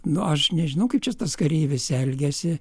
na aš nežinau kaip čia tas kareivis elgiasi